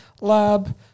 lab